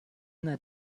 that